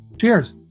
Cheers